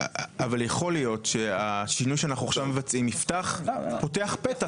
אבל יכול להיות שהשינוי שאנחנו עכשיו מבצעים פותח פתח